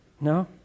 No